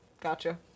Gotcha